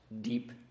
deep